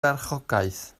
farchogaeth